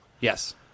Yes